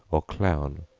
or clown,